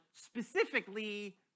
specifically